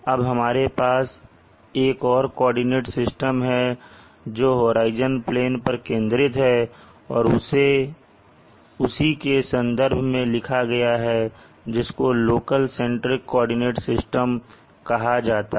अब हमारे पास एक और कोऑर्डिनेट सिस्टम है जो होराइजन प्लेन पर केंद्रित है और उसी के संदर्भ में लिखा गया है जिसको लोकल सेंट्रिक कोऑर्डिनेट सिस्टम कहा जाता है